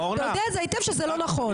אתה יודע את זה היטב שזה לא נכון.